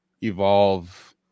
evolve